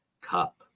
cup